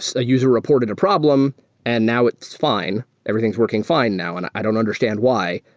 so a user reported a problem and now it's fine. everything is working fine now and i don't understand why.